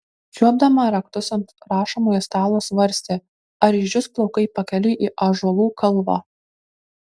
čiuopdama raktus ant rašomojo stalo svarstė ar išdžius plaukai pakeliui į ąžuolų kalvą